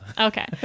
Okay